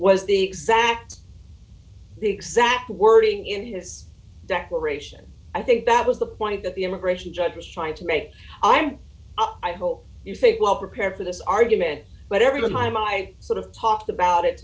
was the exact the exact wording in his declaration i think that was the point that the immigration judge was trying to make i'm i hope you think well prepared for this argument but everyone i'm i sort of talked about it